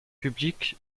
public